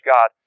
God